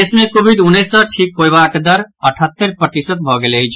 देश मे कोविड उन्नैस सँ ठीक होयबाक दर अठहत्तरि प्रतिशत भऽ गेल अछि